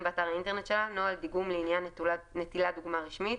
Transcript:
באתר האינטרנט שלה נוהל דיגום לעניין נטילת דוגמה רשמית,